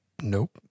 Nope